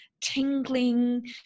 tingling